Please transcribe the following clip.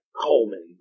Coleman